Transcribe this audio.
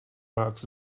marks